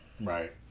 Right